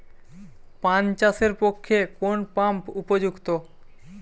পান চাষের পক্ষে কোন পাম্প উপযুক্ত?